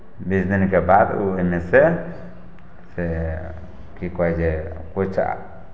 बीस दिनके बाद ओ ओहिमे से की कहै छै किछु